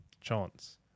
chance